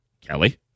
Kelly